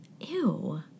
Ew